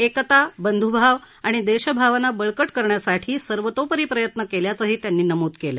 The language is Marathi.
एकता बंधूभाव आणि देशभावना बळकट करण्यासाठी सर्वतोपरी प्रयत्न केल्याचंही त्यांनी नमूद केलं